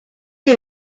que